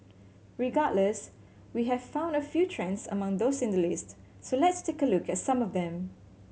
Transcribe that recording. regardless we have found a few trends among those in the list so let's take a look at some of them